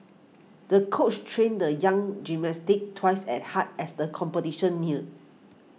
the coach trained the young gymnast stick twice at hard as the competition neared